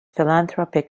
philanthropic